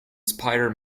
spider